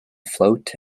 float